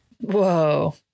Whoa